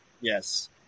Yes